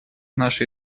нашей